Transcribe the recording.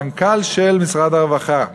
המנכ"ל של משרד הרווחה,